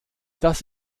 das